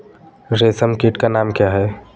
रेशम कीट का नाम क्या है?